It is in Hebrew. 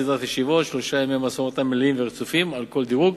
שלושה ימי משא-ומתן מלאים ורצופים עם כל דירוג,